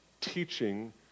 teaching